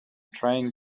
trying